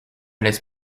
laisse